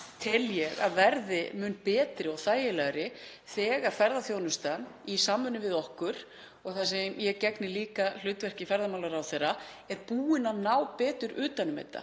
tel ég að verði mun betri og þægilegri þegar ferðaþjónustan í samvinnu við okkur, þar sem ég gegni líka hlutverki ferðamálaráðherra, er búin að ná betur utan um þetta.